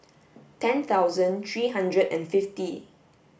ten thousand three hundred and fifty